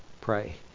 pray